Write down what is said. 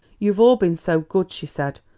you've all been so good! she said.